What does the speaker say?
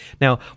Now